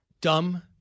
Dumb